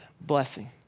blessing